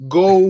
go